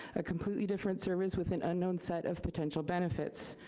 a completely different service with an unknown set of potential benefits.